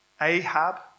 Ahab